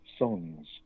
Songs